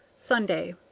sunday.